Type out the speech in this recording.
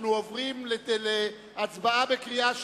אנחנו עוברים להצבעה בקריאה שלישית.